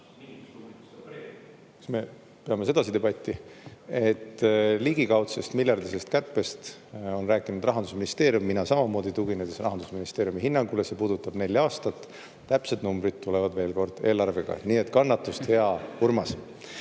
me peame sedasi debatti? Ligikaudsest miljardilisest kärpest on rääkinud Rahandusministeerium, mina samamoodi, tuginedes Rahandusministeeriumi hinnangule. See puudutab nelja aastat. Täpsed numbrid tulevad, veel kord, eelarvega. Nii et kannatust, hea Urmas.